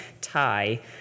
tie